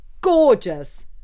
gorgeous